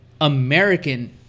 American